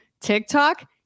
TikTok